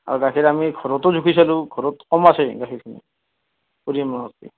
আৰু গাখীৰ আমি ঘৰতো জুখি চালোঁ ঘৰত কম আছে গাখীৰখিনি পৰিমাণতকে